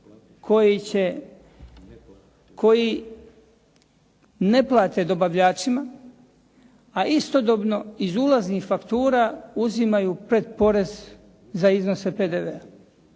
koji ne plate dobavljačima, a istodobno iz ulaznih faktura uzimaju pretporez za iznose PDV-a.